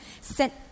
sent